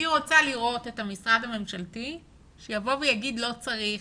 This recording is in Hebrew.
אני רוצה לראות את המשרד הממשלתי שיבוא ויגיד שלא צריך,